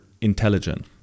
intelligent